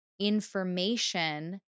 information